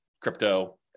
crypto